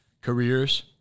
careers